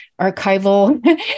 archival